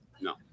No